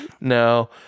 No